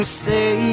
say